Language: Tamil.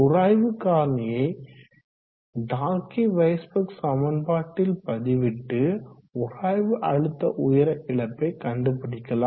உராய்வு காரணியை டார்கி வைஸ்பெக் சமன்பாட்டில் பதிவிட்டு உராய்வு அழுத்த உயர இழப்பை கண்டுபிடிக்கலாம்